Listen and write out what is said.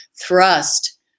thrust